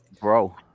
bro